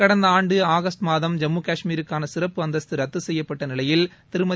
கடந்த ஆண்டு ஆகஸ்ட் மாதம் ஜம்மு காஷ்மீருக்கான சிறப்பு அந்தஸ்து ரத்து செய்யப்பட்ட நிலையில் திருமதி